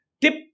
tip